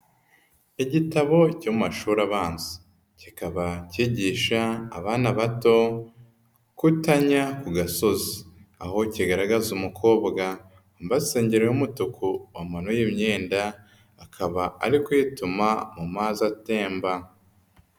Igitabo cy'amashuri abanza. Kikaba cyigisha abana bato kutannya ku gasozi, aho kigaragaza umukobwa wambaye isengeri y'umutuku wamanuye imyenda, akaba ari kwituma mu mazi atemba.